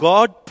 God